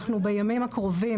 אנחנו בימים הקרובים,